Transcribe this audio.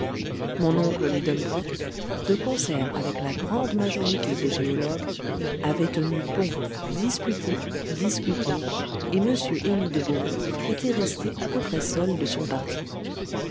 mon oncle lidenbrock de concert avec la grande majorité des géologues avait tenu bon disputé discuté et m élie de beaumont était resté à peu près seul de son parti